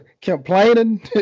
Complaining